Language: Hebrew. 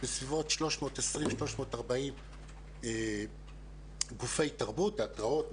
בסביבות 320 340 גופי תרבות: תיאטראות,